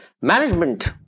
Management